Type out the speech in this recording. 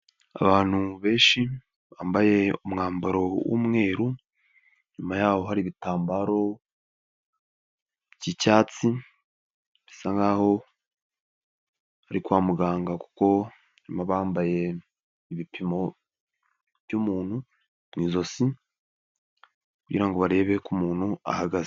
Abantu benshi bambaye umwambaro w'umweru,' inyuma yaho hari ibitambaro by'icyatsi, bisa nk'aho ari kwa muganga kuko bambaye ibipimo byu'muntu mu ijosi, kugirango barebe uko umuntu ahagaze.